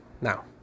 Now